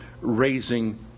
raising